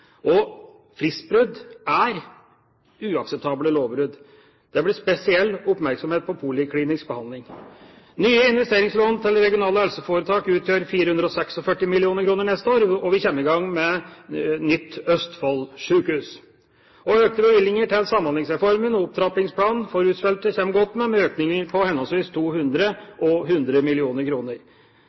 intensivert. Fristbrudd er uakseptable lovbrudd. Det blir spesiell oppmerksomhet på poliklinisk behandling. Nye investeringslån til regionale helseforetak utgjør 446 mill. kr neste år, og vi kommer i gang med nytt Østfold-sykehus. Økte bevilgninger til Samhandlingsreformen og opptrappingsplan for rusfeltet kommer godt med – med økninger på henholdsvis 200 mill. kr og 100